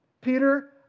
Peter